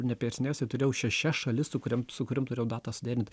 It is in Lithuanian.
neperseniausiai turėjau šešias šalis su kuriom su kuriom tuėjau datą suderint